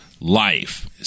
life